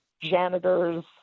janitor's